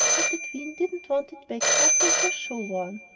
but the queen didn't want it back after it was show-worn.